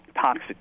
toxic